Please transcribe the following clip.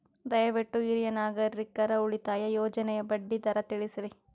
ದಯವಿಟ್ಟು ಹಿರಿಯ ನಾಗರಿಕರ ಉಳಿತಾಯ ಯೋಜನೆಯ ಬಡ್ಡಿ ದರ ತಿಳಸ್ರಿ